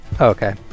okay